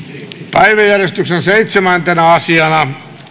päiväjärjestyksen seitsemäntenä asiana